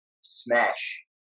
smash